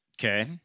Okay